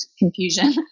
confusion